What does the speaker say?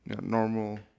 normal